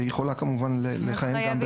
היא יכולה כמובן גם לכהן גם בהרכב